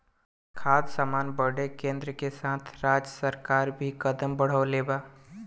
खाद्य सामान बदे केन्द्र के साथ राज्य सरकार भी कदम बढ़ौले बा